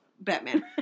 Batman